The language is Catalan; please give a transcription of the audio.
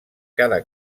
cada